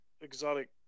exotic